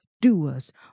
doers